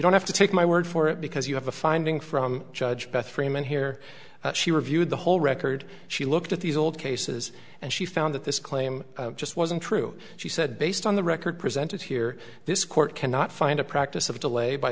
don't have to take my word for it because you have a finding from judge beth freeman here that she reviewed the whole record she looked at these old cases and she found that this claim just wasn't true she said based on the record presented here this court cannot find a practice of de lay by